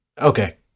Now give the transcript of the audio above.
Okay